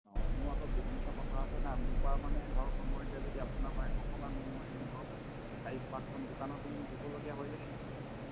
অঁ মোৰ আকৌ বিজনেছৰ কথা আছে নাই মোৰপৰা মানে ধৰক মই এতিয়া যদি আপোনাৰপৰা এশখন আনোঁ মই ধৰক চাৰি পাঁচখন দোকানতো মোক দিবলগীয়া হৈ যায় নাই